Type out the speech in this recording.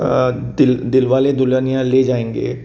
दिलवाले दुल्हनिया ले जायेंगे